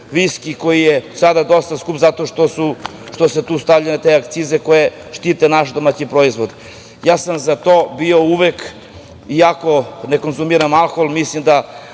viski, koji je sada dosta skup zato što se tu stavljaju te akcize koje štite naš domaći proizvod. Uvek sam bio za to, iako ne konzumiram alkohol, mislim da